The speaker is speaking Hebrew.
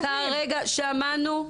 אימאן, שמענו.